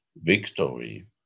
victory